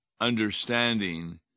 understanding